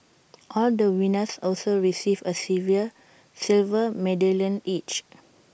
all the winners also received A silver medallion each